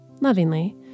lovingly